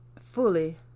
fully